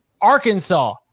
arkansas